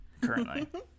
currently